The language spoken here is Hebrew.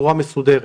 בצורה מסודרת.